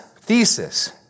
thesis